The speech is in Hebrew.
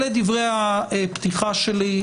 אלה דברי הפתיחה שלי.